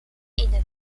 inną